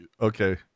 Okay